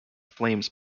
flames